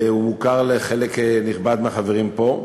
והוא מוכר לחלק נכבד מהחברים פה.